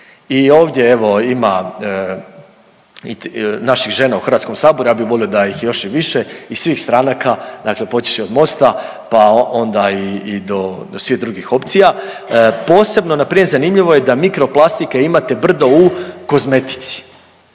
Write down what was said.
I ovdje evo ima i naših žena u HS, ja bi volio da ih je još i više iz svih stranaka, dakle počet ću od Mosta, pa onda i do, do svih drugih opcija, posebno npr. zanimljivo je da mikroplastike imate brdo u kozmetici,